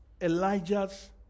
Elijah's